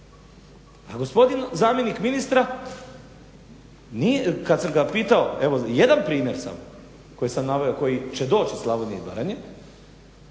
A gospodin zamjenik ministra kad sam ga pitao evo jedan primjer samo koji sam naveo koji će doći iz Slavonije i Baranje,